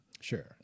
Sure